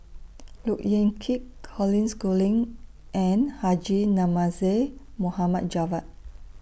Look Yan Kit Colin Schooling and Haji Namazie Mohd Javad